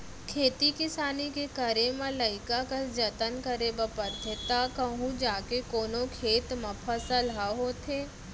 खेती किसानी के करे म लइका कस जनत करे बर परथे तव कहूँ जाके कोनो खेत म फसल ह होथे